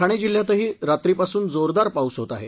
ठाणे जिल्ह्यातही रात्रीपासून जोरदार पाऊस होत आहे